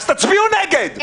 אז תצביעו נגד,